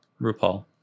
RuPaul